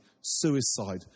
suicide